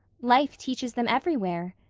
life teaches them everywhere.